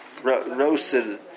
roasted